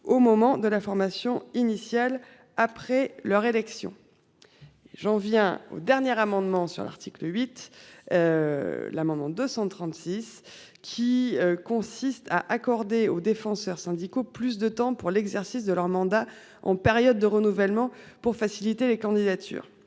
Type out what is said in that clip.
au moment de la formation initiale. Après leur élection. J'en viens aux dernières amendements sur l'article 8. L'amendement 236 qui consiste à accorder aux défenseurs syndicaux plus de temps pour l'exercice de leur mandat en période de renouvellement pour faciliter les candidatures.